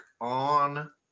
on